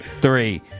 Three